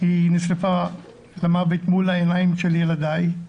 היא נשרפה למוות מול העיניים של ילדיי,